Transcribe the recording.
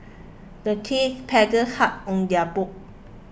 the team paddled hard on their boat